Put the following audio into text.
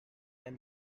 than